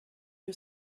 you